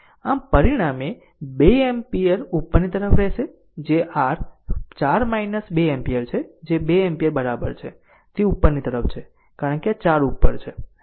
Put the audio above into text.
આમ પરિણામે 2 એમ્પીયર ઉપરની તરફ રહેશે જે r 4 2 એમ્પીયર છે જે 2 એમ્પીયર બરાબર છે તે ઉપરની તરફ છે કારણ કે આ 4 ઉપર છે આ નીચે છે